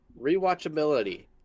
Rewatchability